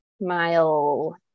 Mile